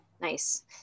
Nice